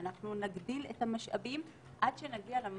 האם נראה שמטה ההסברה הלאומי,